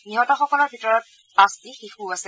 নিহতসকলৰ ভিতৰত পাঁচটি শিশুও আছে